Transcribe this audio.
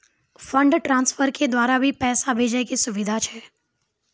Fund transfer के द्वारा भी पैसा भेजै के सुविधा छै?